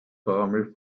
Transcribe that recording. formel